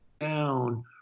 down